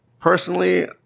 Personally